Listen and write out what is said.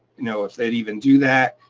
you know if they'd even do that.